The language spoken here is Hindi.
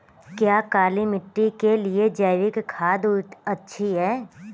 क्या काली मिट्टी के लिए जैविक खाद अच्छी है?